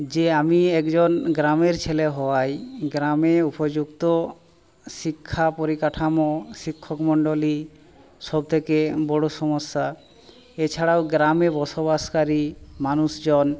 যে আমি একজন গ্রামের ছেলে হওয়ায় গ্রামে উপযুক্ত শিক্ষা পরিকাঠামো শিক্ষক মণ্ডলী সবথেকে বড়ো সমস্যা এছাড়াও গ্রামে বসবাসকারী মানুষজন